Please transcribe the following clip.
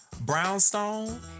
Brownstone